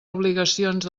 obligacions